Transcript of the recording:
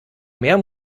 mehr